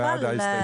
מי בעד ההסתייגות?